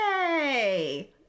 Yay